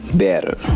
better